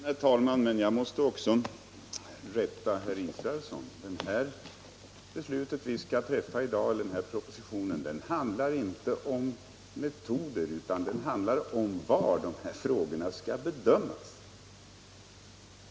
Herr talman! Jag är ledsen men jag måste rätta också herr Israelsson. Propositionen handlar inte om metoder, utan den handlar om var dessa frågor skall bedömas.